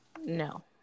No